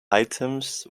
items